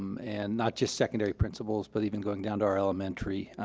um and not just secondary principals, but even going down to our elementary.